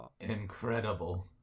Incredible